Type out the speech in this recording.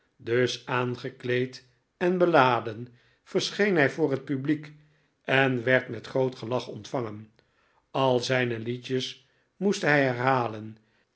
dus aangekleed en beladen verscheen hij voor het publiek en werd met groot gelach ontvangen al zijne liedjes moest hij herhalen